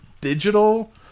digital